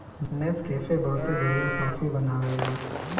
Nescafe बहुते बढ़िया coffee बनावेला